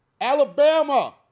Alabama